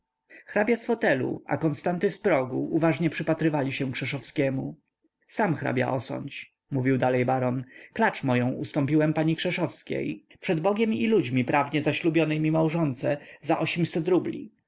hrabia z fotelu a konstanty z progu uważnie przypatrywali się krzeszowskiemu sam hrabia osądź mówił dalej baron klacz moją ustąpiłem pani krzeszowskiej przed bogiem i ludźmi prawnie zaślubionej mi małżonce za ośmset rubli